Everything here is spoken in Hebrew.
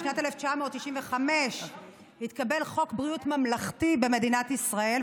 בשנת 1995 התקבל חוק בריאות ממלכתי במדינת ישראל,